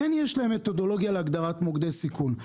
יש להם מתודולוגיה להגדרת מוקדי סיכון.